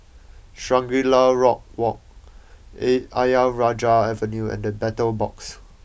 Shangri La Rock Walk A Ayer Rajah Avenue and The Battle Box